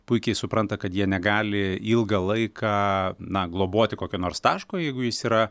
puikiai supranta kad jie negali ilgą laiką na globoti kokio nors taško jeigu jis yra